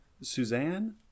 Suzanne